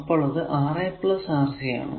അപ്പോൾ അത് Ra Rc ആണ്